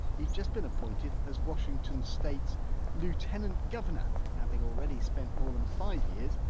he's just been appointed as washington state's lieutenant governor having already spent more than five years,